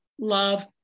love